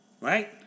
right